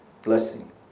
Blessing